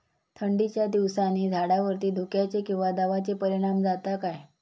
थंडीच्या दिवसानी झाडावरती धुक्याचे किंवा दवाचो परिणाम जाता काय?